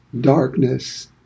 darkness